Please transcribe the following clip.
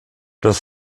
das